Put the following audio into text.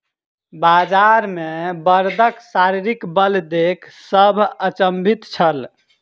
बजार मे बड़दक शारीरिक बल देख सभ अचंभित छल